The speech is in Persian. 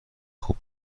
خوب